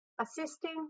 Assisting